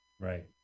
Right